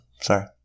Sorry